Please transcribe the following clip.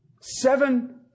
Seven